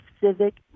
civic